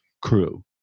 crew